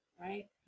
right